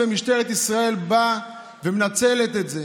ומשטרת ישראל באה ומנצלת את זה